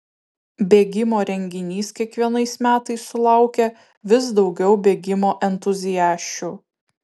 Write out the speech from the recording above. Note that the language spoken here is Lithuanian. bėgimo renginys kiekvienais metais sulaukia vis daugiau bėgimo entuziasčių